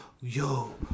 yo